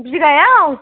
बिगायाव